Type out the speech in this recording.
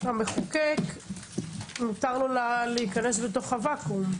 המחוקק מותר לו להיכנס לוואקום.